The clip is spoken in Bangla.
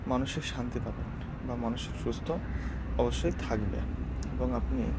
মানসিক শান্তি পাবেন বা মানসিক সুস্থ অবশ্যই থাকবে এবং আপনি